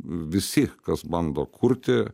visi kas bando kurti